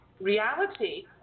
reality